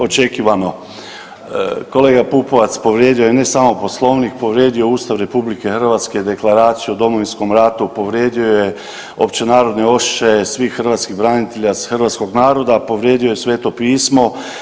Očekivano, kolega Pupovac povrijedio je ne samo Poslovnik, povrijedio je Ustav RH, Deklaraciju o Domovinskom ratu, povrijedio je općenarodne osjećaje svih hrvatskih branitelja, hrvatskog naroda, povrijedio je Sveto pismo.